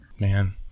Man